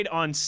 on